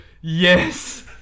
yes